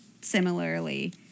similarly